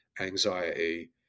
anxiety